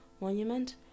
monument